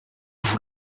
vous